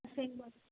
ꯑꯁꯦꯡꯕ